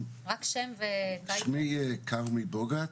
שמי כרמי בוגוט,